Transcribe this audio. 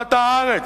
חלוקת הארץ,